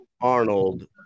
Arnold